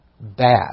bad